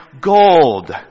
gold